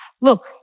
Look